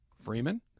Freeman